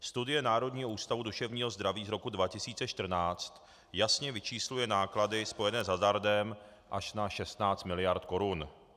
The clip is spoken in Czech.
Studie Národního ústavu duševního zdraví z roku 2014 jasně vyčísluje náklady spojené s hazardem až na 16 mld. Kč.